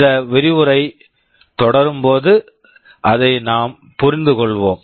இந்த விரிவுரை தொடரும் போது அதை நாம் புரிந்துகொள்வோம்